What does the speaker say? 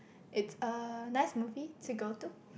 it's a nice movie to go to